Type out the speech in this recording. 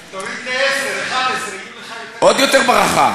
אז תוריד לעשר, 11, יהיו לך יותר, עוד יותר ברכה.